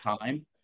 time